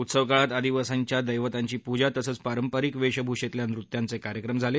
उत्सव काळात आदिवासींच्या दक्तिांची पूजा तसंच पारंपरिक वेशभूषत्या नृत्यांचे कार्यक्रम झाले